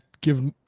give